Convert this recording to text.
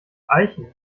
eichen